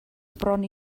bron